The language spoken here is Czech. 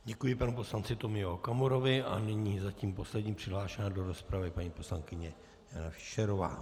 Děkuji panu poslanci Tomio Okamurovi a nyní zatím poslední přihlášená do rozpravy, paní poslankyně Jana Fischerová.